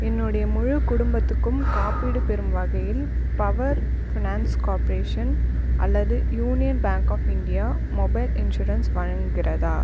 என்னுடைய முழு குடும்பத்துக்கும் காப்பீடு பெறும் வகையில் பவர் ஃபினான்ஸ் கார்பரேஷன் அல்லது Union Bank of India mobile insurance வழங்குகிறதா